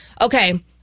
Okay